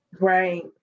right